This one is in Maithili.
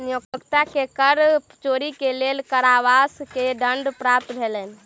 नियोक्ता के कर चोरी के लेल कारावास के दंड प्राप्त भेलैन